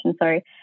sorry